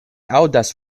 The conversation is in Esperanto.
aŭdas